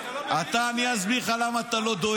-- ואת היועמ"שית לכלא ואת שופטי בבית המשפט העליון לכלא.